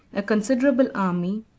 a considerable army,